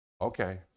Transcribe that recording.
Okay